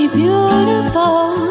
beautiful